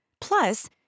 Plus